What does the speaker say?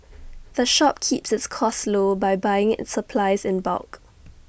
the shop keeps its costs low by buying its supplies in bulk